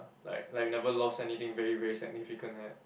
like like you never lost anything very very significant like that